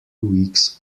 weeks